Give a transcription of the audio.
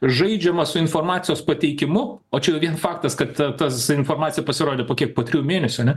žaidžiama su informacijos pateikimu o čia jau vien faktas kad tas informacija pasirodė po kiek po trijų mėnesių ne